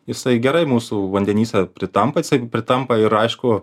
jisai gerai mūsų vandenyse pritampa jisai pritampa ir aišku